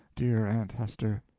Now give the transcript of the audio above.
dear aunt hester!